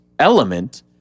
element